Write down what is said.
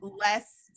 less